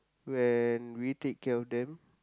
when we take care of them